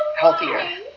healthier